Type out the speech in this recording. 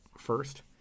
first